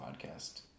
podcast